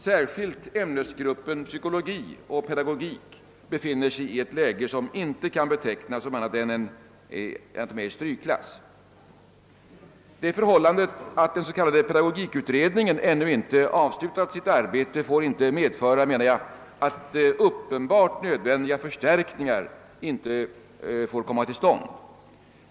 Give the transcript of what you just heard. Särskilt ämnesgruppen psykologi och pedagogik måste sägas befinna sig i strykklass. Det förhållandet att den s.k. pedagogikutredningen ännu inte avslutat sitt arbete får enligt min mening inte medföra att uppenbart nödvändiga förstärkningar inte kommer till stånd.